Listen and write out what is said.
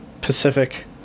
pacific